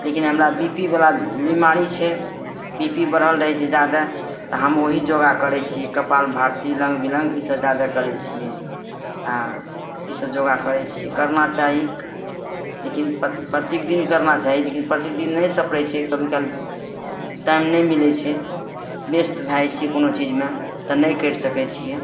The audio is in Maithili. लेकिन हमरा बी पी वला बीमारी छै बी पी बढ़ल रहय छै जादे तऽ हम ओही योगा करय छियै कपाल भाती इलोंग बिलोंग इसब जादे करै छियै आओर तऽ योगा करय छियै करना चाही लेकिनपर प्रत्येक दिन करना चाही लेकिन प्रत्येक दिन नहि सपरय छै कभी काल टाइम नहि मिलय छै व्यस्त भए जाइ छियै कोनो चीजमे तऽ नहि करि सकय छियै